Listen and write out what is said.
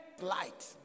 light